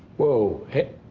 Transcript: whoa, hey